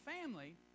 family